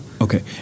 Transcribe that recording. okay